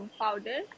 powder